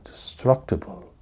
Destructible